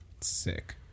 Sick